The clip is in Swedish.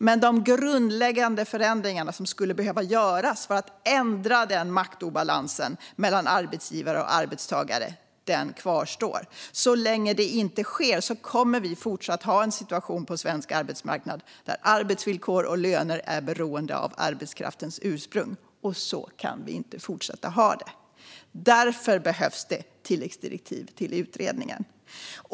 Men behovet av grundläggande förändringar för att ändra maktobalansen mellan arbetsgivare och arbetstagare kvarstår. Så länge detta inte sker kommer vi att fortsätta att ha en situation på svensk arbetsmarknad där arbetsvillkor och löner är beroende av arbetskraftens ursprung. Så kan vi inte fortsätta att ha det. Därför behövs tilläggsdirektiv till utredningen.